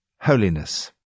holiness